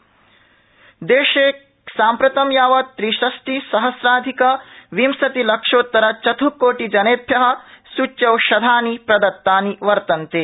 Covid अपडव देशे साम्प्रतं यावत त्रिषष्टिसस्राधिक विंशति लक्षोत्तरचत्कोटिजनेभ्य सूच्यौषधानि प्रदत्तानि वर्तन्ते